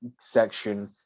section